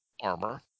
armor